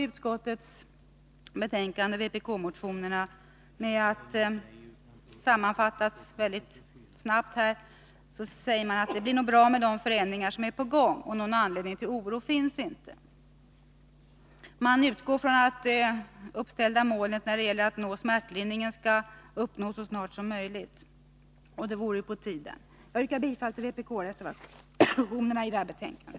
Utskottet avstyrker vpk-motionerna, med motiveringar som kan sammanfattas så här: Det blir nog bra med de förändringar som är på gång. Någon anledning till oro finns inte. Man utgår från att det uppställda målet när det gäller smärtlindring snart skall uppnås. Det vore ju på tiden. Jag yrkar bifall till vpk-reservationerna i detta betänkande.